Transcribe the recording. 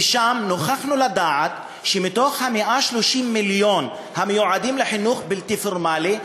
ושם נוכחנו לדעת שמתוך 130 המיליון המיועדים לחינוך בלתי פורמלי,